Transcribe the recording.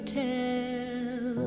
tell